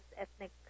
ethnic